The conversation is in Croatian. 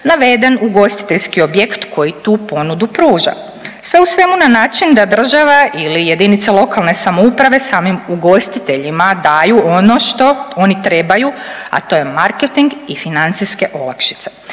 naveden ugostiteljski objekt koji tu ponudu pruža, sve u svemu na način da država ili JLS samim ugostiteljima daju ono što oni trebaju, a to je marketing i financijske olakšice.